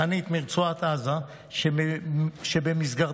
מרצועת עזה שבמסגרתה